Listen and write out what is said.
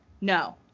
no